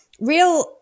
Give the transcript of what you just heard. real